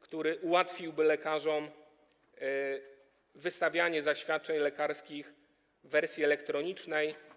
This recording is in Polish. który ułatwiłby lekarzom wystawianie zaświadczeń lekarskich w wersji elektronicznej.